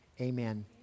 Amen